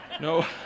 No